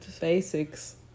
basics